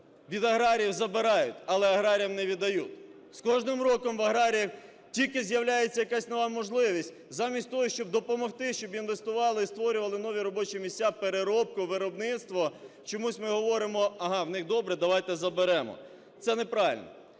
від аграріїв забирають, але аграріям не віддають. З кожним роком в аграріїв тільки з'являється якась нова можливість замість того, щоб допомогти, щоб інвестували і створювали нові робочі місця, переробку, виробництво, чомусь ми говоримо: "Ага, в них добре, давайте заберемо". Це неправильно.